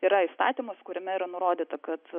yra įstatymas kuriame yra nurodyta kad